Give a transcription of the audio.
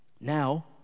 Now